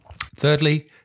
Thirdly